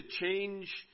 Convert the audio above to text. change